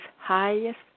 highest